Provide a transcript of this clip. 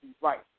right